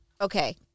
Okay